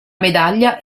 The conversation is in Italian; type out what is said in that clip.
medaglia